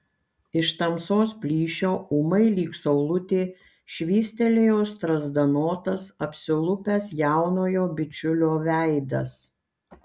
iš tamsos plyšio ūmai lyg saulutė švystelėjo strazdanotas apsilupęs jaunojo bičiulio veidas